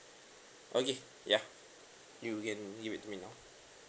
okay ya you can give it to me now